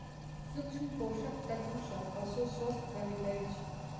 सूक्ष्म पोषक तत्व सॅ पशु स्वस्थ रहैत अछि